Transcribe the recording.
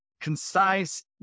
concise